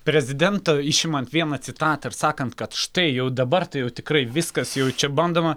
prezidento išimant vieną citatą ir sakant kad štai jau dabar tai jau tikrai viskas jau čia bandoma